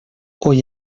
hoy